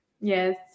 yes